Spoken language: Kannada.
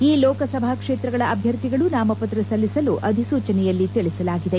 ಈ ಲೋಕಸಭಾ ಕ್ಷೇತ್ರಗಳ ಅಭ್ಯರ್ಥಿಗಳು ನಾಮಪತ್ರ ಸಲ್ಲಿಸಲು ಅಧಿಸೂಚನೆಯಲ್ಲಿ ತಿಳಿಸಲಾಗಿದೆ